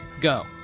Go